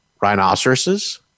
rhinoceroses